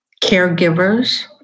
caregivers